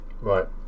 Right